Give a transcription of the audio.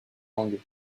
langues